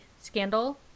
scandal